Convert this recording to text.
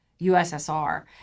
USSR